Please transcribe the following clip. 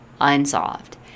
unsolved